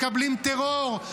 מקבלים טרור,